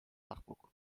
dagboek